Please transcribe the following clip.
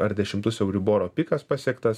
ar dešimtus euriboro pikas pasiektas